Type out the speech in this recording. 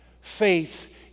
Faith